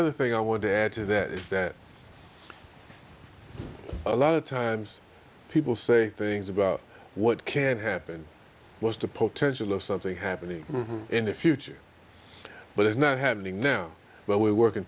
other thing i want to add to that is that a lot of times people say things about what can happen was the potential of something happening in the future but it's not happening now but we're working